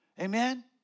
Amen